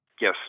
Yes